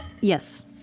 Yes